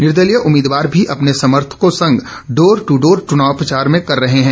निर्दलीय उम्मीदवार भी अपने समर्थकों संग डोर टू डोर चुनाव प्रचार कर रहे हैं